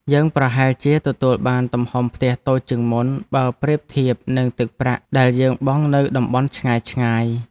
យើងប្រហែលជាទទួលបានទំហំផ្ទះតូចជាងមុនបើប្រៀបធៀបនឹងទឹកប្រាក់ដែលយើងបង់នៅតំបន់ឆ្ងាយៗ។